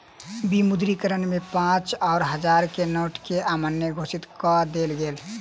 विमुद्रीकरण में पाँच आ हजार के नोट के अमान्य घोषित कअ देल गेल